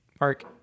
Mark